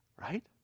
right